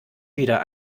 wieder